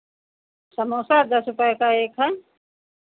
समोसा दस रुपए का एक है